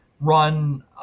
Run